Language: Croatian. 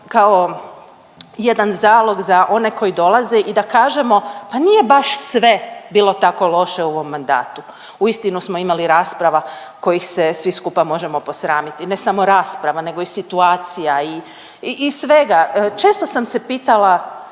kao jedan zalog za one koji dolaze i da kažemo pa nije baš sve bilo tako loše u ovom mandatu. Uistinu smo imali rasprava kojih se svi skupa možemo posramiti. Ne samo rasprava nego i situacija i svega. Često sam se pitala